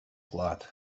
klāt